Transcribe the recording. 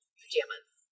pajamas